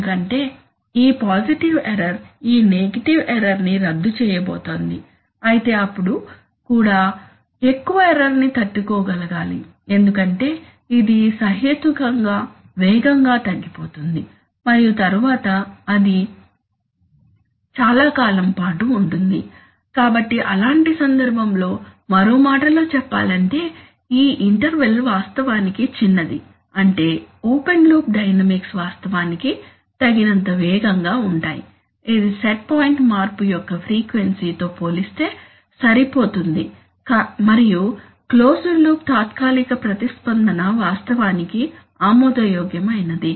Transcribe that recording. ఎందుకంటే ఈ positive error ఈ నెగటివ్ ఎర్రర్ ని రద్దు చేయబోతోంది అయితే అప్పుడు కూడా ఎక్కువ ఎర్రర్ ని తట్టుకోగలగాలి ఎందుకంటే ఇది సహేతుకంగా వేగంగా తగ్గిపోతుంది మరియు తరువాత అది చాలా కాలం పాటు ఉంటుంది కాబట్టి అలాంటి సందర్భంలో మరో మాటలో చెప్పాలంటే ఈ ఇంటర్వెల్ వాస్తవానికి చిన్నది అంటే ఓపెన్ లూప్ డైనమిక్స్ వాస్తవానికి తగినంత వేగంగా ఉంటాయి ఇది సెట్ పాయింట్ మార్పు యొక్క ఫ్రీక్వెన్సీ తో పోలిస్తే సరిపోతుంది మరియు క్లోజ్డ్ లూప్ తాత్కాలిక ప్రతిస్పందన వాస్తవానికి ఆమోదయోగ్యమైనది